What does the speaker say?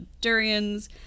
durians